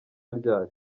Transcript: ryari